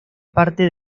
parte